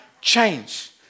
change